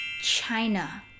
China